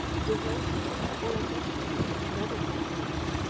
devotion, or affection, and other qualities.